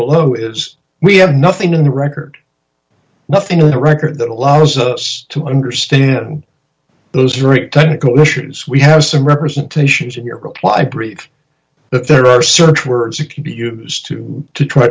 below is we have nothing in the record nothing in the record that allows us to understand those rate technical issues we have some representations in your reply brief but there are certain words you can be used to to try